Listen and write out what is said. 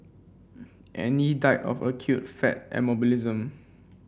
Annie died of acute fat embolism